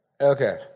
Okay